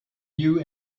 you